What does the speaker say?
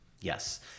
Yes